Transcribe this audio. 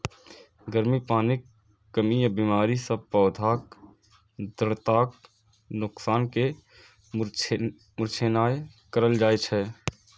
गर्मी, पानिक कमी या बीमारी सं पौधाक दृढ़ताक नोकसान कें मुरझेनाय कहल जाइ छै